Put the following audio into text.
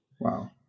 Wow